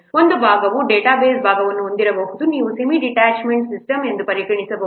ಒಂದು ಭಾಗವು database ಭಾಗವನ್ನು ಹೊಂದಿರಬಹುದು ನೀವು ಸೆಮಿ ಡಿಟ್ಯಾಚೇಡ್ ಸಿಸ್ಟಮ್ ಎಂದು ಪರಿಗಣಿಸಬಹುದು